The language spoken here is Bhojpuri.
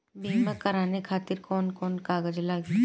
बीमा कराने खातिर कौन कौन कागज लागी?